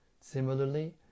Similarly